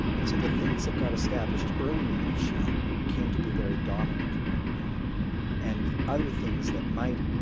and so the things that got established early in michelle came to be very dominant in her brain and other things that might,